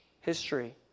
history